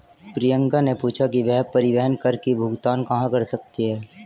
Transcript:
प्रियंका ने पूछा कि वह परिवहन कर की भुगतान कहाँ कर सकती है?